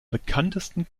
bekanntesten